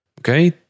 Okay